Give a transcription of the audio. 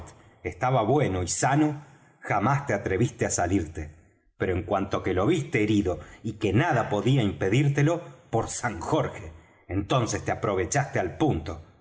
estaba bueno y sano jamás te atreviste á salirte pero en cuanto que lo viste herido y que nada podía impedírtelo por san jorge entonces te aprovechaste al punto